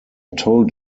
told